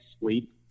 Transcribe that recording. sleep